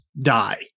die